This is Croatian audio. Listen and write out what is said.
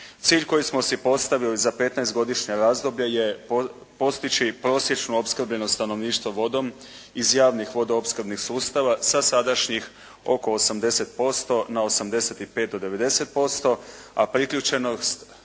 Cilj koji smo si postavili za 15-godišnje razdoblje je postići prosječnu opskrbljenost stanovništva vodom iz javnih vodoopskrbnih sustava sa sadašnjih oko 80% na 85 do 90%, a priključenog